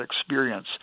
experience